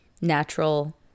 natural